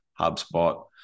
HubSpot